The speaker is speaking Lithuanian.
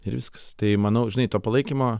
ir viskas tai manau žinai to palaikymo